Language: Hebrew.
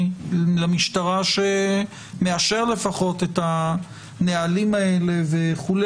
למשטרה שמאשר לפחות את הנהלים האלה וכו'.